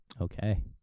Okay